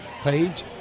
page